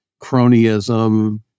cronyism